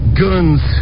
guns